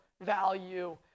value